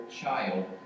child